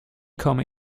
komme